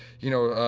you know,